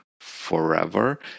forever